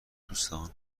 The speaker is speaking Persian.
دوستان